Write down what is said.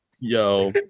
Yo